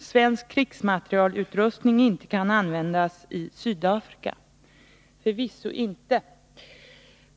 svensk krigsmaterielutrustning inte kan användas i Sydafrika. Det gör det förvisso inte.